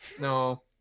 no